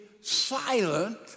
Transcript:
silent